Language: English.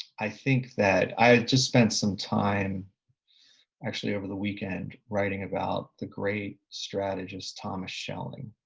i think that, i just spent some time actually over the weekend writing about the great strategist thomas schelling.